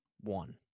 one